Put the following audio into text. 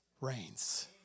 reigns